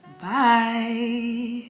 bye